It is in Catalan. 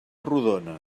rodona